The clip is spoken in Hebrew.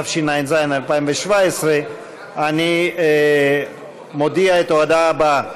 התשע"ז 2017. אני מודיע את ההודעה הבאה: